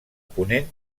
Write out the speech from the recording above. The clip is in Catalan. ponent